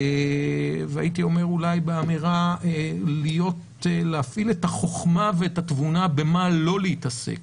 והייתי אומר אולי באמירה להפעיל את החוכמה ואת התבונה במה לא להתעסק,